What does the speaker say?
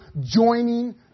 joining